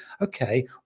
okay